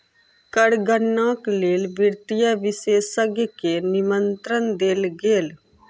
कर गणनाक लेल वित्तीय विशेषज्ञ के निमंत्रण देल गेल